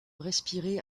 respirer